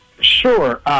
Sure